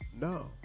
No